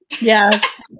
Yes